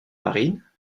marine